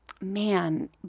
man